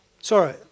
sorry